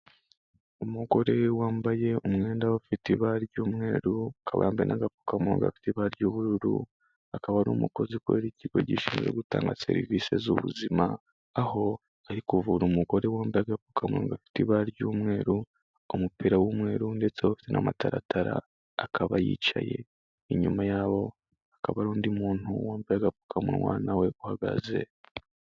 Umugore wambaye umwenda ufite ibara ry'umweru, akaba yambaye n'agapfukamunwa gafite ibara ry'ubururu, akaba ari umukozi ukorera ikigo gishinzwe gutanga serivisi z'ubuzima. Aho ari kuvura umugore wambaye agapfukamunwa gafite ibara ry'umweru, umupira w'umweru, ndetse afite n'amataratara, akaba yicaye inyuma yabo, hakaba ari undi muntu wambaye agapfukamunwa nawe uhagaze.